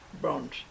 bronze